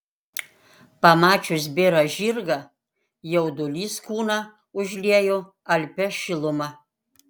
pamačius bėrą žirgą jaudulys kūną užliejo alpia šiluma